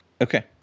Okay